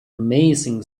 amazing